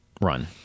run